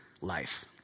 life